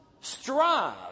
strive